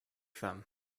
them